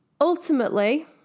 Ultimately